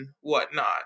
whatnot